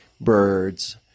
birds